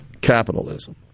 capitalism